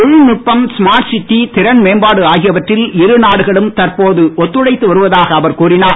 தொழில்நுட்பம் smart city இறன்மேம்பாடு ஆகியவற்றில் இருநாடுகளும் தற்போது ஒத்துழைத்து வருவதாக அவர் கூறினார்